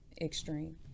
extreme